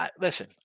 Listen